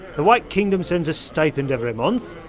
the white kingdom sends a stipend every month.